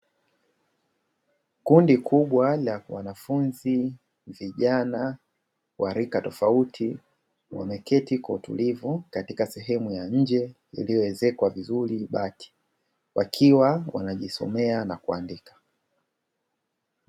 Kundi kubwa la wanafunzi vijana wa rika tofauti, wameketi kwa utulivu katika sehemu ya nje iliyoezekwa vizuri bati wakiwa wanajisomea na kuandika.